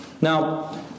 Now